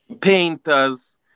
painters